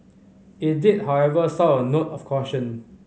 it did however sound a note of caution